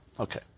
Okay